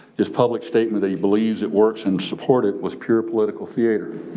his public statement, he believes it works and support it was pure political theater.